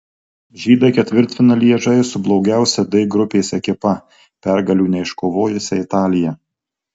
žydai ketvirtfinalyje žais su blogiausia d grupės ekipa pergalių neiškovojusia italija